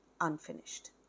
unfinished